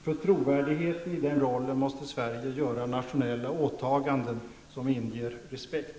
För trovärdigheten i den rollen måste Sverige göra nationella åtaganden som inger respekt.